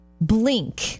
blink